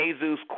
Jesus